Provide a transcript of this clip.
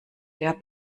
der